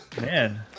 Man